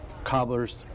Cobbler's